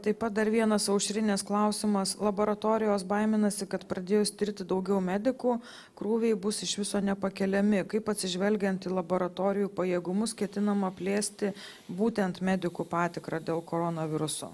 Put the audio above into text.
taip pat dar vienas aušrinės klausimas laboratorijos baiminasi kad pradėjus tirti daugiau medikų krūviai bus iš viso nepakeliami kaip atsižvelgiant į laboratorijų pajėgumus ketinama plėsti būtent medikų patikrą dėl koronaviruso